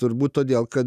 turbūt todėl kad